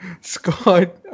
Scott